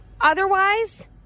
Otherwise